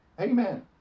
Amen